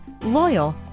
loyal